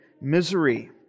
misery